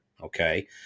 Okay